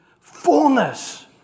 fullness